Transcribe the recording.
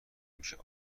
میشه